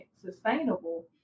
sustainable